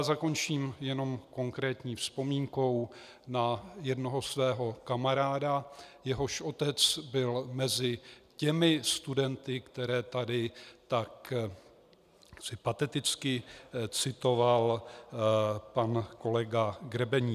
Zakončím jenom konkrétní vzpomínkou na jednoho svého kamaráda, jehož otec byl mezi těmi studenty, které tady tak pateticky citoval pan kolega Grebeníček.